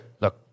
Look